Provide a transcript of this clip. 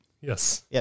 Yes